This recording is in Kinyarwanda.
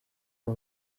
abo